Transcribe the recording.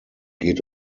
geht